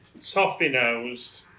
toffee-nosed